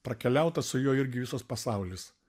prakeliauta su juo irgi visas pasaulis